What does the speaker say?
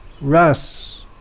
Ras